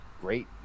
great